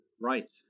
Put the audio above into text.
Right